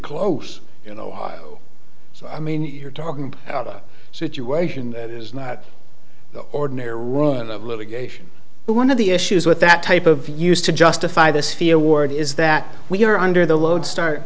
close in ohio so i mean you're talking about a situation that is not the ordinary run of litigation but one of the issues with that type of view used to justify this fear ward is that we're under the lodestar